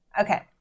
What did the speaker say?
Okay